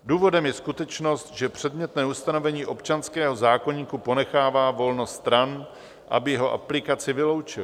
Důvodem je skutečnost, že předmětné ustanovení občanského zákoníku ponechává volnost stran, aby jeho aplikaci vyloučily.